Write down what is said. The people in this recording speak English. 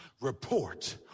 report